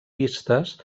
vistes